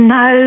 no